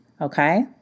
Okay